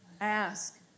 Ask